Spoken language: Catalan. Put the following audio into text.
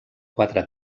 quatre